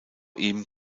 ihm